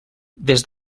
des